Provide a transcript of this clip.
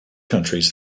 countries